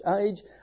age